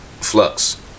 Flux